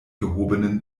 gehobenen